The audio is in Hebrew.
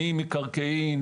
ממקרקעין